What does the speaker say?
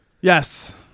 Yes